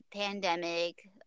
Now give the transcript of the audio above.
pandemic